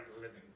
living